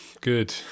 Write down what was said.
Good